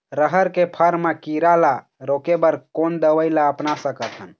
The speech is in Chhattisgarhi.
रहर के फर मा किरा रा रोके बर कोन दवई ला अपना सकथन?